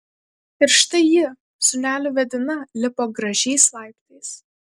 ir štai ji sūneliu vedina lipo gražiais laiptais